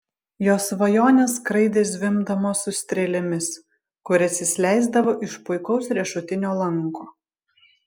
jo svajonės skraidė zvimbdamos su strėlėmis kurias jis leisdavo iš puikaus riešutinio lanko